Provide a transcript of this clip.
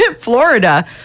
Florida